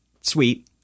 sweet